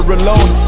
alone